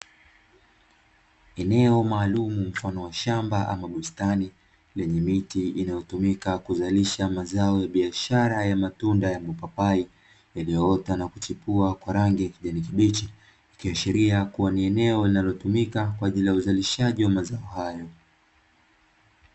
Eneo maalumu mfano wa shamba ama bustani lenye miti inayotumika kuzalisha mazao ya biashara aina ya mipapai, iliyoota na kuchepua kwa rangi ya kijani kibichi, ikiashiria kuwa ni eneo linalotumika kwa ajili uzalishaji wa mazao hayo.